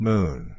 Moon